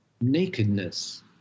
nakedness